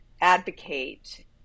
advocate